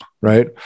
right